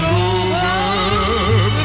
over